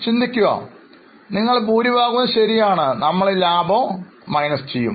ചിന്തിക്കുക നിങ്ങൾ ഭൂരിഭാഗവും ശരിയാണ് നമ്മൾ ഈ ലാഭം കുറയ്ക്കും